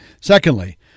Secondly